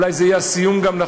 אולי זה גם יהיה סיום נכון,